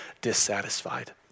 dissatisfied